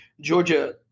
Georgia